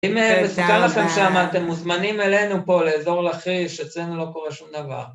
אם מסוכן לכם שמה, אתם מוזמנים אלינו פה לאזור לכיש, אצלנו לא קורה שום דבר.